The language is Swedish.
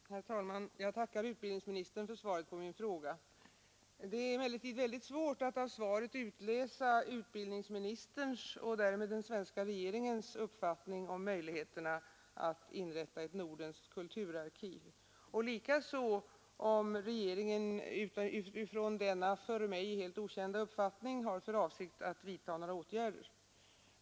Herr talman! Jag tackar utbildningsministern för svaret på min fråga. Det är emellertid väldigt svårt att av svaret utläsa utbildningsministerns och därmed den svenska regeringens uppfattning om möjligheterna att inrätta ett Nordens kulturarkiv och likaså om regeringen utifrån denna för mig helt okända uppfattning har för avsikt att vidta några åtgärder.